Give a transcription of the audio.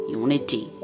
unity